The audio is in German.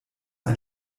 ein